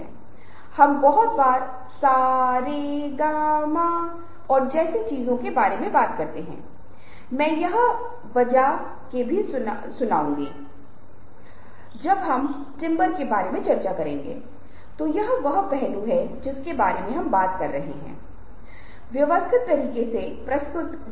इसलिए इस तरह हम संदर्भ के बारे में बात कर रहे हैं हम पहले से सुनने के बारेमे बात कर रहे हैं जब हम सुनने और बोलने के बीच के संबंध के बारे में बात कर रहे थे और यह हमें कैसे प्रभावित करता है